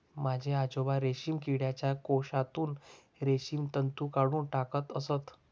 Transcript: माझे आजोबा रेशीम किडीच्या कोशातून रेशीम तंतू काढून टाकत असत